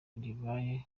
rubaye